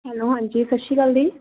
hello ਹਾਂਜੀ ਸਤਿ ਸ਼੍ਰੀ ਅਕਾਲ ਜੀ